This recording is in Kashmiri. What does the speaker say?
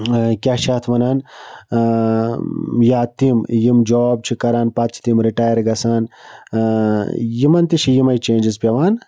کیٛاہ چھِ اَتھ وَنان یا تِم یِم جاب چھِ کَران پَتہٕ چھِ تِم رِٹایر گَژھان یِمَن تہِ چھِ یِمَے چینٛجٕس پٮ۪وان